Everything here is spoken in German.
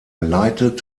leitet